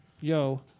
Yo